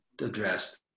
addressed